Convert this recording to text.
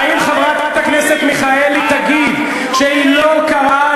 האם חברת הכנסת מיכאלי תגיד שהיא לא קראה